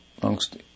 amongst